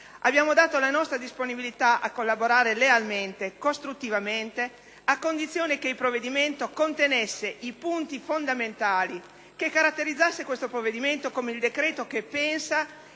Abbiamo dato la nostra disponibilità a collaborare lealmente, costruttivamente, a condizione che il provvedimento contenesse i punti fondamentali, che fosse caratterizzato come il decreto che pensa